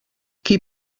qui